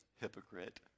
hypocrite